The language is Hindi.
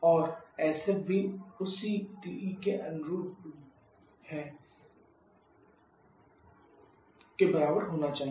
और sf भी उसी TE के अनुरूप 0 kJ kgK के बराबर होना चाहिए